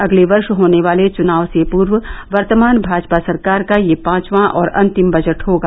अगले वर्ष होने वाले चनाव से पर्व वर्तमान भाजपा सरकार का यह पांचवा और अन्तिम बजट होगा